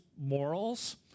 morals